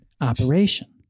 operation